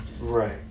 Right